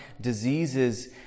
diseases